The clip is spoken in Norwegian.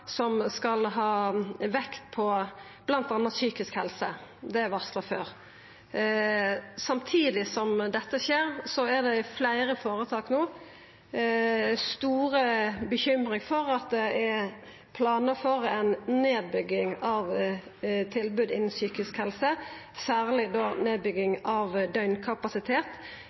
som skal ha vekt på bl.a. psykisk helse, det er varsla før. Samtidig som dette skjer, er det i fleire føretak stor bekymring for at det er planar for ei nedbygging av tilbod innan psykisk helse, særleg da nedbygging av